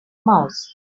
mouse